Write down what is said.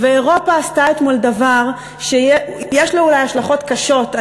אירופה עשתה אתמול דבר שיש לו אולי השלכות קשות,